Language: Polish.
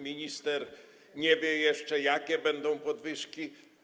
Minister nie wie jeszcze, jakie będą podwyżki.